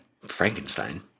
Frankenstein